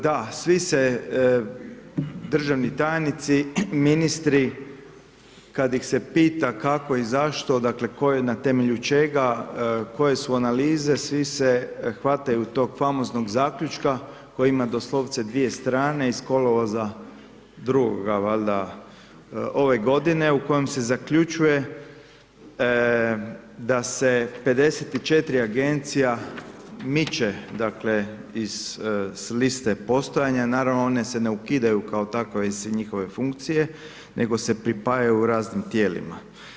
Da, svi se državni tajnici, ministri, kad ih se pita kako i zašto, dakle, tko je, na temelju čega, koje su analize, svi se hvataju toga famoznog Zaključka koji ima doslovce dvije strane iz kolovoza drugoga, valjda, ove godine, u kojem se zaključuje da se 54 Agencija miče, dakle, s liste postojanja, naravno, one se ne ukidaju kao takve, osim njihove funkcije, nego se pripajaju raznim tijelima.